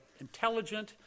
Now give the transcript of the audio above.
intelligent